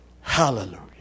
Hallelujah